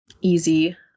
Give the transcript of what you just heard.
easy